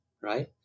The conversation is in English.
right